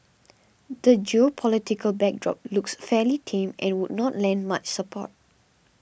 the geopolitical backdrop looks fairly tame and would not lend much support